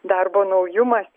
darbo naujumas